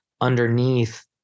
underneath